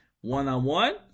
one-on-one